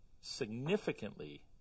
significantly